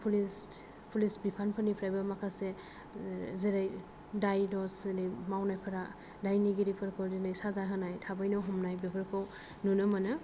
फुलिस बिफानफोरनिफ्रायबो माखासे जेरै दाय दस मावनायफोरा दायनिगिरिफोरखौ दिनै साजा होनाय थाबैनो हमनाय बेफोरखौ नुनो मोनो